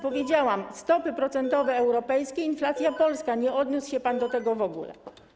Powiedziałam: stopy procentowe europejskie, inflacja polska, nie odniósł się pan do tego w ogóle.